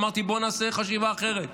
אמרתי, בואו נעשה חשיבה אחרת.